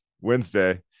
Wednesday